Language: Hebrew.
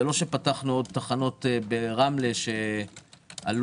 זה לא שפתחנו עוד תחנות ברמלה שעשויות